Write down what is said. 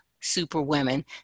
Superwomen